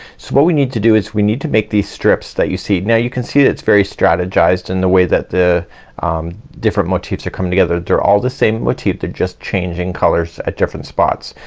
so what we need to do is we need to make these strips that you see. now you can see that it's very strategized in the way that the um different motifs are coming together. they're all the same motif. they're just changing colors at different spots.